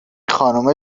خانومه